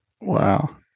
Wow